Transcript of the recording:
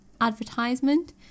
advertisement